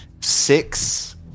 Six